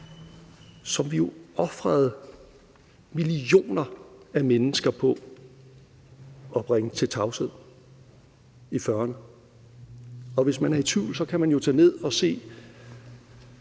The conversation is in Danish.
som vi jo altså ofrede millioner af menneskeliv på at bringe til tavshed i 1940'erne. Og hvis man er i tvivl, kan man jo tage ned til de